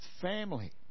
family